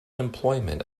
employment